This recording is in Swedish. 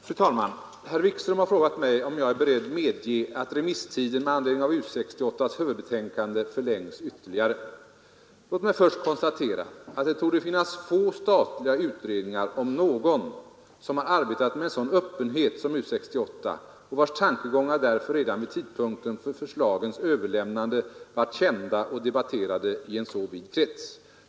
Fru talman! Herr Wikström har frågat mig, om jag är beredd medge att remisstiden med anledning av U 68: huvudbetänkande förlängs ytterligare. Låt mig först konstatera att det torde finnas få statliga utredningar — om någon — som har arbetat med en sådan öppenhet som U 68 och vars tankegångar därför redan vid tidpunkten för förslagens överlämnande varit kända och debatterade i en så vid krets.